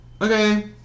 Okay